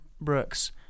Brooks